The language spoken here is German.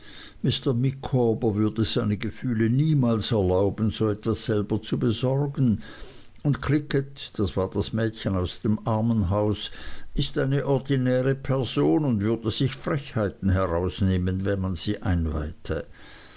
micawber würden seine gefühle niemals erlauben so etwas selber zu besorgen und clickett das war das mädchen aus dem armenhaus ist eine ordinäre person und würde sich frechheiten herausnehmen wenn man sie einweihte